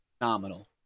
phenomenal